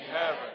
heaven